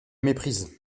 méprise